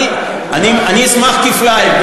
אני אשמח כפליים,